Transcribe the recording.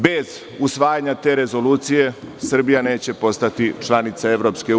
Bez usvajanja te rezolucije, Srbija neće postati članica EU.